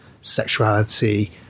sexuality